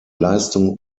leistung